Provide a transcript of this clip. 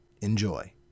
Enjoy